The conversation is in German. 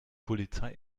polizei